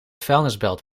vuilnisbelt